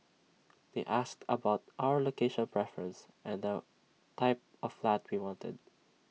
they asked about our location preference and the type of flat we wanted